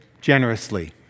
generously